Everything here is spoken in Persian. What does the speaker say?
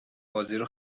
بازیرو